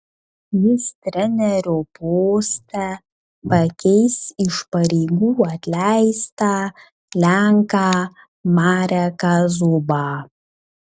jis trenerio poste pakeis iš pareigų atleistą lenką mareką zubą